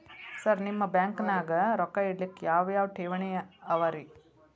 Sir ನಿಮ್ಮ ಬ್ಯಾಂಕನಾಗ ರೊಕ್ಕ ಇಡಲಿಕ್ಕೆ ಯಾವ್ ಯಾವ್ ಠೇವಣಿ ಅವ ರಿ?